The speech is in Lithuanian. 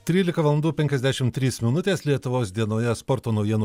trylika valandų penkiasdešimt trys minutės lietuvos dienoje sporto naujienų